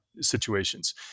situations